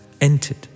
entered